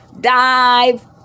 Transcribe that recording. dive